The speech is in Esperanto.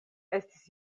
estis